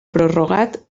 prorrogat